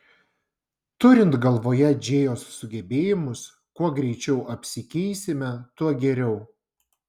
turint galvoje džėjos sugebėjimus kuo greičiau apsikeisime tuo geriau